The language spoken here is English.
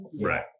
Right